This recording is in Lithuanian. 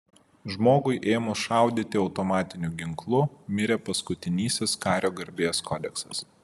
žmogui ėmus šaudyti automatiniu ginklu mirė paskutinysis kario garbės kodeksas